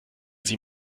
sie